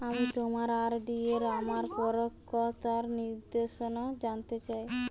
আমি আমার আর.ডি এর আমার পরিপক্কতার নির্দেশনা জানতে চাই